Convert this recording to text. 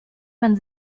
man